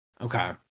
Okay